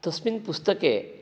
तस्मिन् पुस्तके